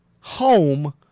home